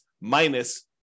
minus